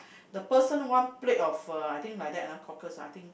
the person one plate of uh I think like that lah cockles ah I think